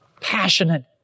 passionate